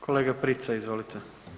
Kolega Prica, izvolite.